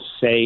say